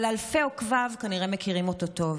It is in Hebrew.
אבל אלפי עוקביו כנראה מכירים אותו טוב,